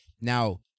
Now